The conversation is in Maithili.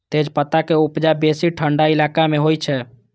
तेजपत्ता के उपजा बेसी ठंढा इलाका मे होइ छै